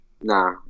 Nah